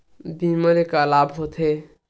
बीमा ले का लाभ होथे?